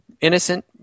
innocent